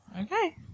Okay